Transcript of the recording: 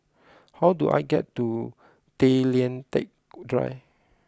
how do I get to Tay Lian Teck Drive